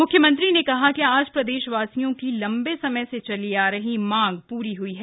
म्ख्यमंत्री ने कहा कि आज प्रदेशवासियों की लम्बे समय से चली आ रही मांग पूरी हई है